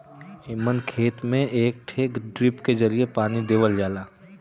एमन खेत में एक ठे ड्रिप के जरिये पानी देवल जाला